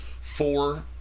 four